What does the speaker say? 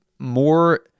more